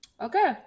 Okay